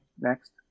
next